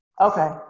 Okay